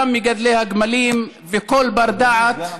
גם מגדלי הגמלים וכל בר-דעת,